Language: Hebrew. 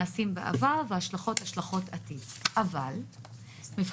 אני הייתי יכול להבין אם הייתם אומרים שמי שיכול